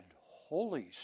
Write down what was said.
Holy